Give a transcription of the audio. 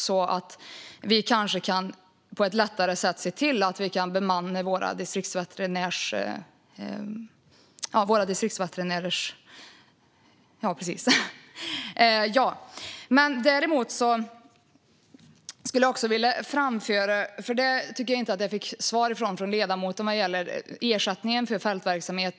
Då kanske vi på ett lättare sätt kan se till att vi kan bemanna distriktsveterinärsverksamheten. Jag tycker inte att jag fick svar från ledamoten vad gäller ersättningen för fältverksamhet.